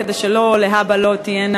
כדי שלהבא לא תהיינה